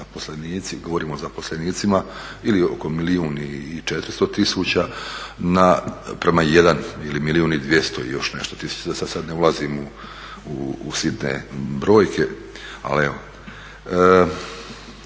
zaposlenici, govorim o zaposlenicima ili oko milijun i 400 tisuća prema jedan ili milijun i 200 i još nešto tisuća da sad ne ulazim u sitne brojke. Ali evo.